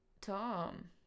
Tom